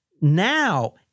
now